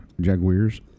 Jaguars